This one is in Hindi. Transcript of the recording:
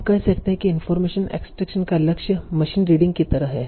हम कह सकते हैं कि इनफार्मेशन एक्सट्रैक्शन का लक्ष्य मशीन रीडिंग की तरह है